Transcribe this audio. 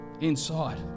inside